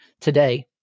today